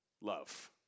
love